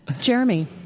Jeremy